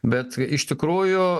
bet iš tikrųjų